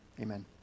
amen